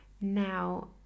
now